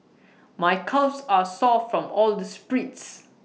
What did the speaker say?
my calves are sore from all the sprints